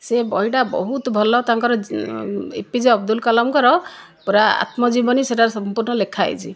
ସେ ବହିଟା ବହୁତ ଭଲ ତାଙ୍କର ଏପିଜେ ଅବଦୁଲ କାଲାମଙ୍କର ପୁରା ଆତ୍ମଜୀବନୀ ସେହିଟାରେ ସଂପୂର୍ଣ୍ଣ ଲେଖା ହୋଇଛି